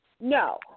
No